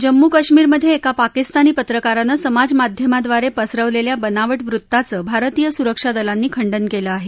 जम्मू कश्मीरमध्ये एका पाकिस्तानी पत्रकारानं समाज माध्यमाद्वारे पसरवलेल्या बनावट वृत्ताचं भारतीय सुरक्षा दलांनी खंडन केलं आहे